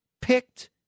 picked